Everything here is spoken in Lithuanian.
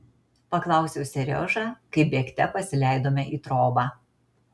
paklausiau seriožą kai bėgte pasileidome į trobą